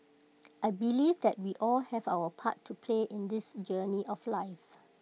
I believe that we all have our part to play in this journey of life